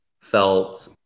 felt